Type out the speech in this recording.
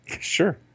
Sure